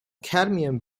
cadmium